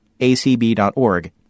acb.org